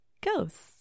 ghosts